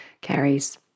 carries